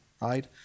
right